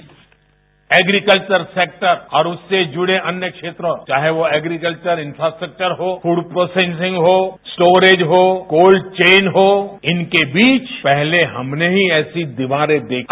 bite agriculture sector और उससे जुड़े अन्य क्षेत्रों चाहे वो एग्रीकल्चर इन्फ्रास्ट्रक्चर हो फूड प्रोसेसिंग हो स्टोरेज हो कोल्ड चेन हो इनके बीच पहले हमने ही ऐसी दीवारे देखी हैं